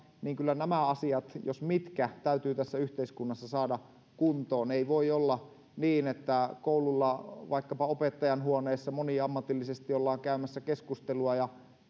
kyllä nämä asiat jos mitkä täytyy tässä yhteiskunnassa saada kuntoon ei voi olla niin että koululla vaikkapa opettajainhuoneessa moniammatillisesti ollaan käymässä keskustelua ja